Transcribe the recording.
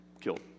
killed